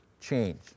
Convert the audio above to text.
change